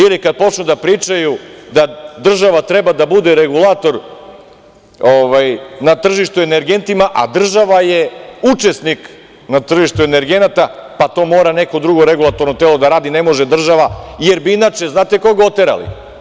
Ili, kada počnu da pričaju da država treba da bude regulator na tržištu energentima, a država je učesnik na tržištu energenata, pa to mora neko drugo regulatorno telo da radi, ne može država jer bi inače, znate koga oterali?